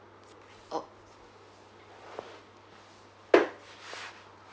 oh